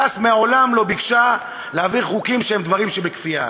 ש"ס מעולם לא ביקשה להעביר חוקים שהם דברים שבכפייה.